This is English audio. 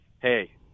Hey